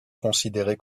considéré